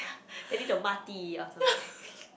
and then they'll mati or something